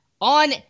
On